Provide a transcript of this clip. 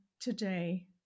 today